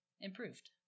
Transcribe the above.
improved